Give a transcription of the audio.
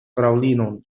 fraŭlinon